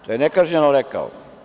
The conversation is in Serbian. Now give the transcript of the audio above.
To je nekažnjeno rekao.